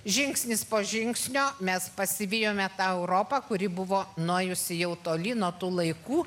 žingsnis po žingsnio mes pasivijome tą europą kuri buvo nuėjusi jau toli nuo tų laikų